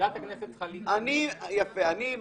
אני מבקש,